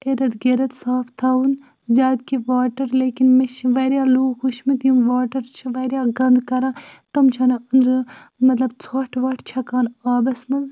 اِرد گِرد صاف تھاوُن زیادٕ کہ واٹَر لیکِن مےٚ چھِ واریاہ لوٗکھ وُچھمٕتۍ یِم واٹَر چھِ واریاہ گنٛدٕ کَران تم چھَنہٕ أندرٕ مطلب ژھۄٹھ وۄٹھ چھَکان آبَس منٛز